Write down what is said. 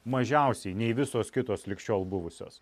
mažiausiai nei visos kitos lig šiol buvusios